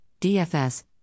DFS